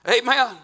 Amen